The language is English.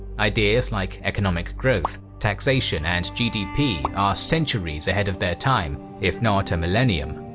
ideas like economic growth, taxation, and gdp are centuries ahead of their time, if not a millennium.